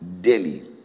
daily